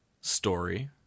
story